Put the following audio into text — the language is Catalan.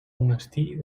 monestir